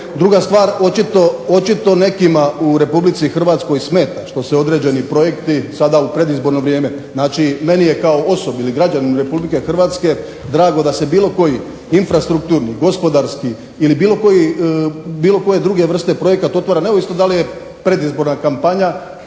Druga stvar, očito nekima u RH smeta što se određeni projekti sada u predizborno vrijeme. Znači, meni je kao osobi ili građaninu RH drago da se bilo koji infrastrukturni, gospodarski ili bilo koje druge vrste projekat otvara, neovisno da li je predizborna kampanja